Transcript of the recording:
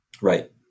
Right